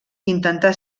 intentà